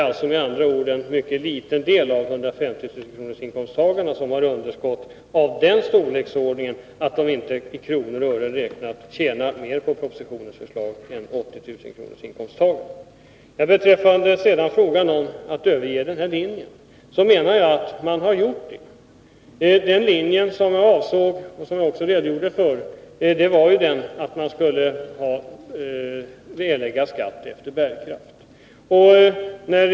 Det är med andra ord en mycket liten del av dem som tjänar 150 000 kr. som har underskottsavdrag av den storleksordningen att de inte i kronor och ören räknat tjänar mer på propositionens förslag än de som tjänar 80 000 kr. När det gäller frågan om att överge den här linjen menar jag att man har gjort det. Den linje som jag avsåg, och som jag också redogjorde för, var den som innebär att man skall erlägga skatt efter bärkraft.